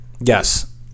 Yes